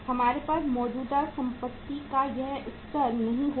हमारे पास मौजूदा संपत्ति का यह स्तर नहीं होगा